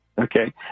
Okay